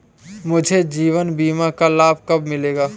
मुझे जीवन बीमा का लाभ कब मिलेगा?